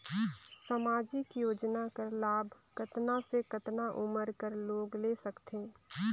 समाजिक योजना कर लाभ कतना से कतना उमर कर लोग ले सकथे?